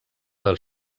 del